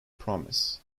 promise